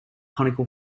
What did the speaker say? conical